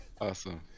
awesome